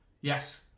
Yes